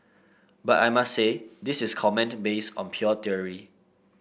but I must say this is comment based on pure theory